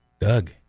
doug